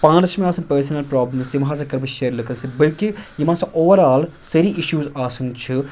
پانَس چھِ مےٚ آسان پٔرسٕنل پرٛابلِمٕز تِم ہَسا کَرٕ بہٕ شیر لُکَن سۭتۍ بٔلکہِ یِم ہَسا اوٚوَر آل سٲری اِشوٗز آسان چھِ